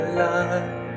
light